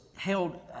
held